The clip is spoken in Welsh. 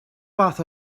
fath